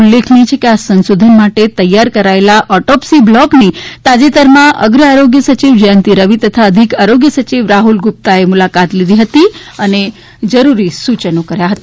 ઉલ્લેખનીય છે કે આ સંશોધન માટે તૈયાર કરાયેલા ઓટોપ્સી બ્લોકની તાજેતરમાં અગ્ર આરોગ્ય સચિવ જંયતિ રવી તથા અધિક આરોગ્ય સચિવ રાહ્રલ ગુપ્તાએ મુલાકાત લીધી હતી અને જરૂરી સૂયનો કર્યા હતા